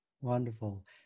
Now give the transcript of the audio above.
Wonderful